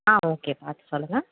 ஆ okay பார்த்து சொல்லுங்கள்